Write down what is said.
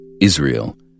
Israel